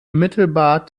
mittelbar